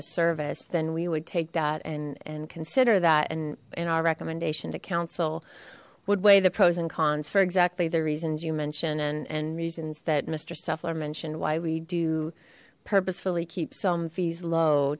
the service then we would take that and and consider that and in our recommendation to council would weigh the pros and cons for exactly the reasons you mentioned and and reasons that mister seller mentioned why we do purposefully keep some fees low